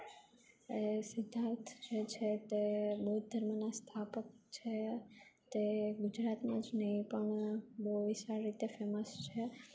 એ સિદ્ધાર્થ જે છે તે બોધ ધર્મના સ્થાપક છે તે ગુજરાતના જ નહી પણ વિશાળ રીતે ફેમસ છે